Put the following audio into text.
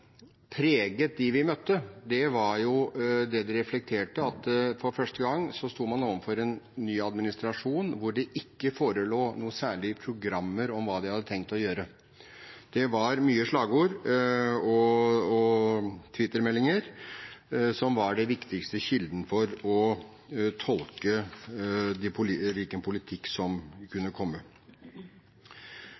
preget dem vi møtte, var det de reflekterte, at for første gang sto man overfor en ny administrasjon hvor det ikke forelå noe særlig program for hva de hadde tenkt å gjøre. Det var mye slagord og Twitter-meldinger, som var den viktigste kilden for å tolke hvilken politikk som